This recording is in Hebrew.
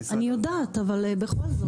אני יודעת, אבל בכל זאת.